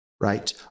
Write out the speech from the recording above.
right